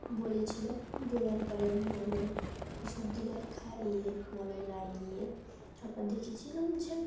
বলেছিল বলার পরে মলম ওষুধ দিলে খাইয়ে মলম লাগিয়ে তারপর দেখেছিলাম যে